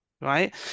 right